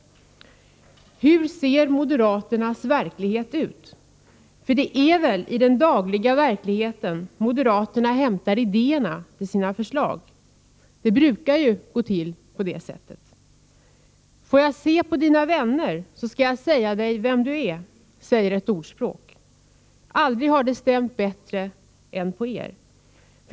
Hur ser moderaternas verklighet ut? För det är väl i den dagliga verkligheten moderaterna hämtar idéerna till sina förslag — det brukar ju gå till på det sättet. Får jag se på dina vänner, så skall jag säga dig vem du är, säger ett ordspråk. Aldrig har det stämt bättre än på er.